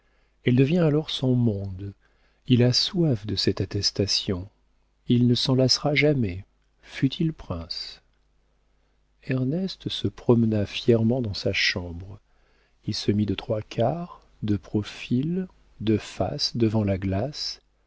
elle devient alors son monde il a soif de cette attestation il ne s'en lassera jamais fût-il prince ernest se promena fièrement dans sa chambre il se mit de trois quarts de profil de face devant la glace